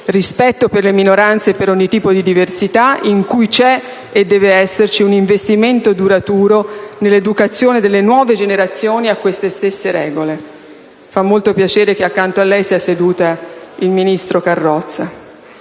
rispetto per le minoranze e per ogni tipo di diversità, in cui c'è e deve esserci un investimento duraturo nell'educazione delle nuove generazioni a queste stesse regole (fa molto piacere che accanto a lei sia seduta il ministro Carrozza).